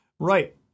Right